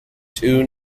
two